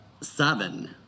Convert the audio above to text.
seven